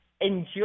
enjoy